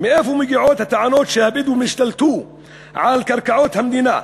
מאיפה מגיעות הטענות שהבדואים השתלטו על קרקעות המדינה,